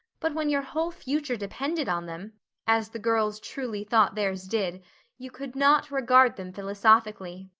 but when your whole future depended on them as the girls truly thought theirs did you could not regard them philosophically.